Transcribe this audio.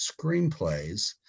screenplays